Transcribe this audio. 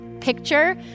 Picture